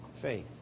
faith